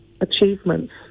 achievements